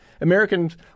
Americans